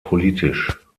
politisch